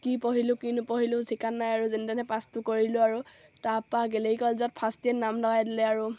কি পঢ়িলোঁ কি নপঢ়িলোঁ ঠিকনা নাই আৰু যেন তেনে পাছটো কৰিলোঁ আৰু তাৰপৰা গেলেকী কলেজত ফাৰ্ষ্ট ইয়েৰত নাম লগাই দিলে আৰু